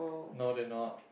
no they're not